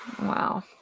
Wow